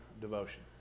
devotion